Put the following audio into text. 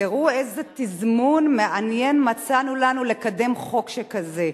תראו איזה תזמון מעניין מצאנו לנו לקדם חוק שכזה.